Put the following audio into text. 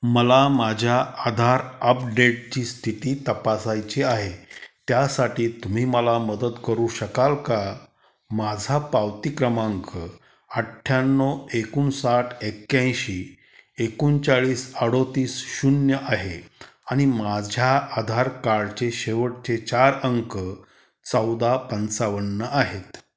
मला माझ्या आधार अपडेटची स्थिती तपासायची आहे त्यासाठी तुम्ही मला मदत करू शकाल का माझा पावती क्रमांक अठ्याण्णव एकोणसाठ एक्याऐंशी एकोणचाळीस अडतीस शून्य आहे आणि माझ्या आधार कार्डचे शेवटचे चार अंक चौदा पंचावन्न आहेत